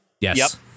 Yes